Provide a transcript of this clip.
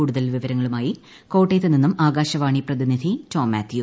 കൂടുതൽ വിവരങ്ങളുമായി കോട്ടയത്തുനിന്നും ആകാശവാണി പ്രതിനിധി ടോം മാത്യു